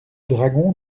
dragon